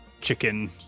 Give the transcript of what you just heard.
chicken